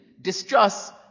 distrust